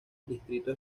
distrito